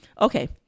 Okay